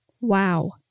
Wow